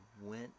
went